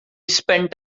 spent